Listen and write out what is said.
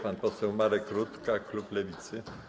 Pan poseł Marek Rutka, klub Lewicy.